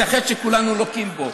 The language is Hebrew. זה חטא שכולנו לוקים בו,